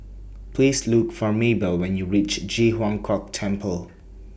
Please Look For Maybell when YOU REACH Ji Huang Kok Temple